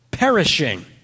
perishing